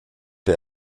der